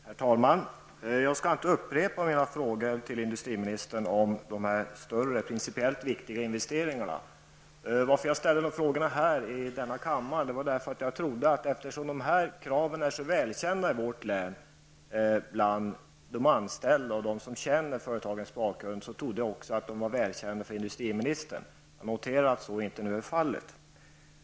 Herr talman! Jag skall inte upprepa mina frågor till industriministern om de stora och principiellt viktiga investeringarna. Anledningen till att jag ställde mina frågor i denna kammare var att jag trodde, eftersom dessa krav är så välkända i vårt län bland de anställda och dem som känner företagens bakgrund, att de också var välkända för industriministern. Jag noterar nu att så inte är fallet.